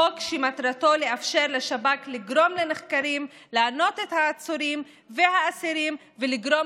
חוק שמטרתו לאפשר לשב"כ לענות את העצורים והאסירים ולגרום